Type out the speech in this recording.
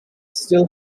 still